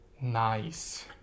Nice